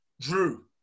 Drew